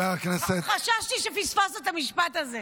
חששתי שפספסת את המשפט הזה.